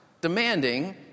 ...demanding